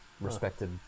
respected